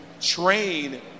train